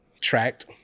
tracked